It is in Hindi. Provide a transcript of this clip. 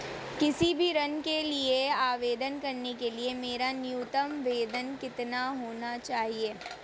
किसी भी ऋण के आवेदन करने के लिए मेरा न्यूनतम वेतन कितना होना चाहिए?